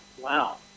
wow